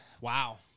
Wow